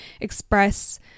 express